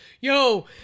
Yo